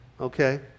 Okay